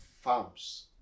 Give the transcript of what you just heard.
farms